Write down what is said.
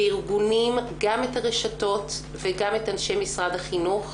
וארגונים, גם את הרשתות וגם את אנשי משרד החינוך.